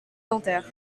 dentaire